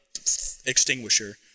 extinguisher